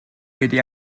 wedi